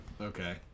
Okay